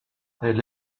elle